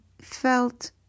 felt